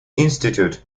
institute